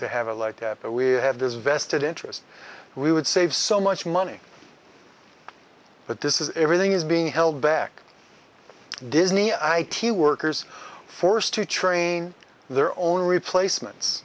to have a like that but we have this vested interest we would save so much money but this is everything is being held back disney i t workers forced to train their own replacements